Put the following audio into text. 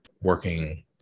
working